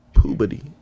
Puberty